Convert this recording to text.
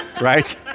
right